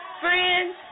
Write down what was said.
friends